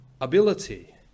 ability